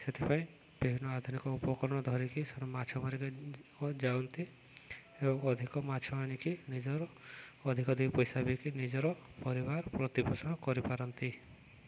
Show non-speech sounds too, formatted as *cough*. ସେଥିପାଇଁ ବିଭିନ୍ନ ଆଧୁନିକ ଉପକରଣ ଧରିକି *unintelligible* ମାଛ ମାରିକି ଯାଆନ୍ତି ଏବଂ ଅଧିକ ମାଛ ଆଣିକି ନିଜର ଅଧିକ ଅଧିକ ପଇସା ବିକି ନିଜର ପରିବାର ପ୍ରତିପୋଷଣ କରିପାରନ୍ତି